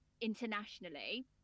internationally